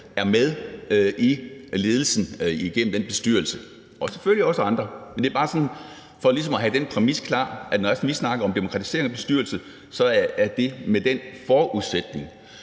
er med i ledelsen igennem den bestyrelse, og selvfølgelig også andre, men det er bare for sådan ligesom at have den præmis klar, at når vi snakker om demokratisering og bestyrelse, er det med den forudsætning.